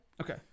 Okay